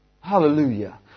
Hallelujah